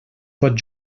pot